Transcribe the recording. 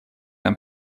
нам